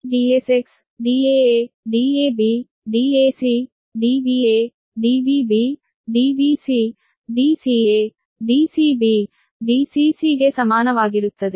ಆದ್ದರಿಂದ Dsx Daa Dab Dac Dba Dbb Dbc Dca Dcb Dcc ಗೆ ಸಮಾನವಾಗಿರುತ್ತದೆ